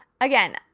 again